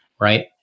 right